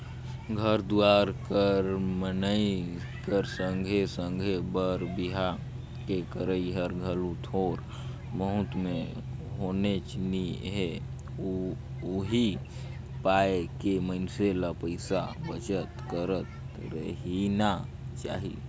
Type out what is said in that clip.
घर दुवार कर बनई कर संघे संघे बर बिहा के करई हर घलो थोर बहुत में होनेच नी हे उहीं पाय के मइनसे ल पइसा बचत करत रहिना चाही